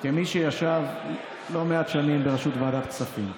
כמי שישב לא מעט שנים בראשות ועדת כספים.